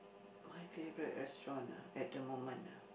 my favourite restaurant ah at the moment ah